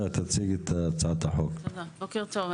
בוקר טוב.